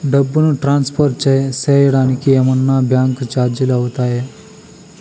డబ్బును ట్రాన్స్ఫర్ సేయడానికి ఏమన్నా బ్యాంకు చార్జీలు అవుతాయా?